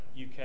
UK